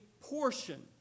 portion